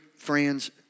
Friends